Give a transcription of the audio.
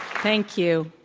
thank you.